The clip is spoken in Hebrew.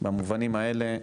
במובנים האלה,